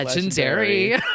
Legendary